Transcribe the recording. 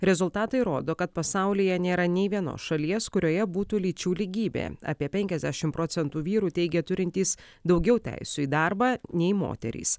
rezultatai rodo kad pasaulyje nėra nei vienos šalies kurioje būtų lyčių lygybė apie penkasdešim procentų vyrų teigia turintys daugiau teisių į darbą nei moterys